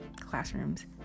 classrooms